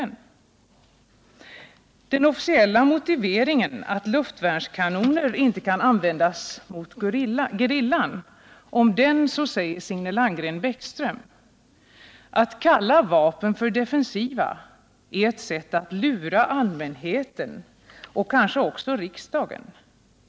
Om den officiella motiveringen att luftvärnskanoner inte kan användas mot gerillan säger Signe Landgren-Bäckström: ” Att kalla vapen för defensiva är ett sätt att lura allmänheten och kanske också riksdagen.